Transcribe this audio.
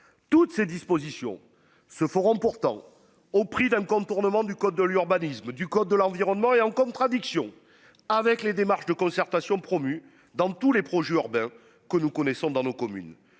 Toutes ces dispositions se feront pourtant au prix d'un contournement du code de l'urbanisme, du code de l'environnement est en contradiction avec les démarches de concertation promu dans tous les projets urbains que nous connaissons dans nos communes.